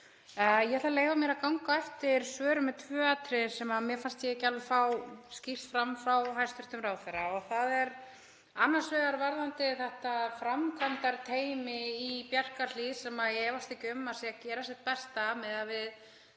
Ég ætla að leyfa mér að ganga eftir svörum um tvö atriði sem mér fannst ég ekki alveg fá skýrt fram frá hæstv. ráðherra. Það er annars vegar varðandi þetta framkvæmdateymi í Bjarkarhlíð, sem ég efast ekki um að sé að gera sitt besta miðað við